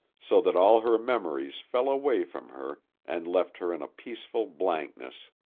so that all her memories fell away from her and left her in a peaceful blankness.